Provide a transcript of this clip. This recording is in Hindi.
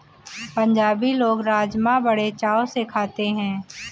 पंजाबी लोग राज़मा बड़े चाव से खाते हैं